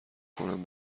کنم